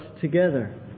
together